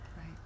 Right